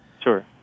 Sure